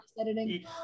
editing